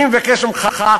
אני מבקש ממך,